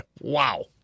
Wow